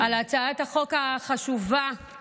הצעת חוק שירותי